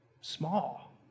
small